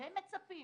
ואתם מצפים